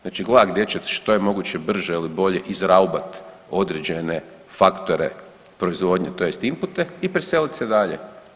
Znači gledati gdje će što je moguće brže ili bolje izraubat određene faktore proizvodnje tj. impute i preselit se dalje.